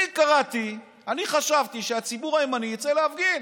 אני חשבתי שהציבור הימני יצא להפגין